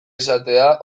izatea